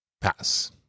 pass